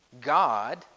God